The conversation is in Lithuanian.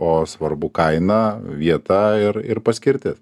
o svarbu kaina vieta ir ir paskirtis